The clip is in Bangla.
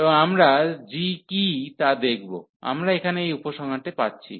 এবং আমরা g কি তা দেখব আমরা এখানে এই উপসংহারটা পাচ্ছি